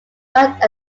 worked